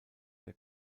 der